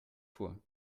vor